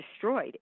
destroyed